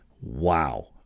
Wow